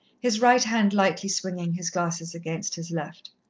his right hand lightly swinging his glasses against his left.